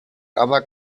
other